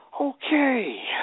okay